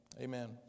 Amen